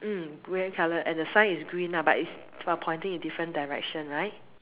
mm grey color and the sign is green lah but is but pointing in different Direction right